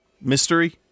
Mystery